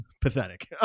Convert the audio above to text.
pathetic